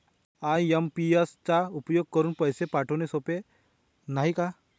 IMPS चा उपयोग करुन पैसे पाठवणे सोपे आहे, नाही का